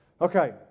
Okay